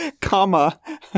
Comma